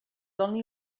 only